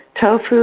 Tofu